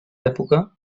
època